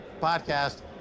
podcast